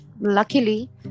luckily